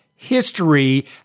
history